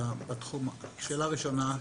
שאלה ראשונה: